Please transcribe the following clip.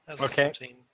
Okay